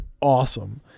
awesome